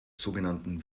sogenannten